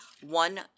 one